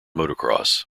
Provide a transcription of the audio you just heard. motocross